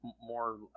more